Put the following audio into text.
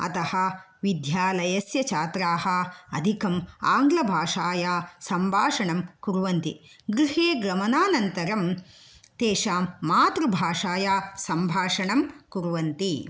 अतः विद्यालस्य छात्राः अधिकं आङ्लभाषया सम्भाषणं कुर्वन्ति गृहे गमनानन्तरं तेषां मातृभाषया सम्भाषणं कुर्वन्ति